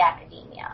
academia